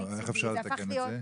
איך אפשר לתקן את זה?